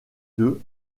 deux